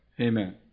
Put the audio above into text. Amen